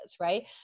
right